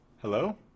Hello